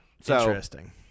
Interesting